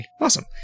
Awesome